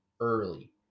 early